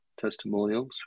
testimonials